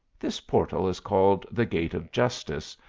this portal is called the gate of justice,